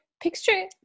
Picture